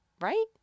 Right